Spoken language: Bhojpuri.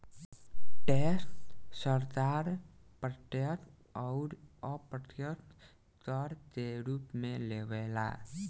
टैक्स सरकार प्रत्यक्ष अउर अप्रत्यक्ष कर के रूप में लेवे ला